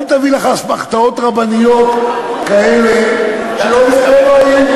אל תביא אסמכתאות רבניות כאלה, שלא, למה?